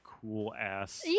cool-ass